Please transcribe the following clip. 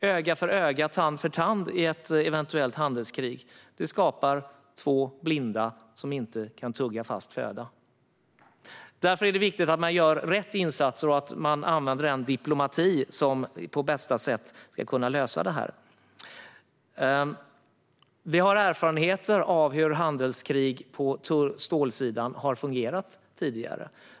Öga för öga och tand för tand i ett eventuellt handelskrig skapar två blinda som inte kan tugga fast föda. Det är därför viktigt att man gör rätt insatser och att man använder diplomati för att på bästa sätt lösa det här. Vi har erfarenheter av hur handelskrig på stålmarknaden har fungerat tidigare.